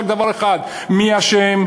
זה רק דבר אחד: מי אשם,